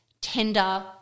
tender